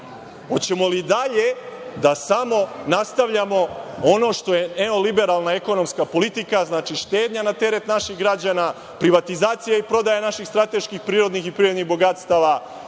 Hoćemo li i dalje da samo nastavljamo ono što je neoliberalna ekonomska politika, znači, štednja na teret naših građana, privatizacija i prodaja naših strateških prirodnih i privrednih bogatstava,